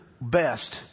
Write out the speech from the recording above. best